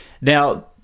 Now